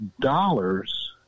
dollars